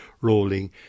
rolling